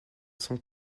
cent